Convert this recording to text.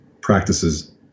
practices